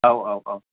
औ औ औ